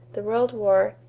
the world war,